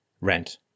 rent